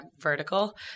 vertical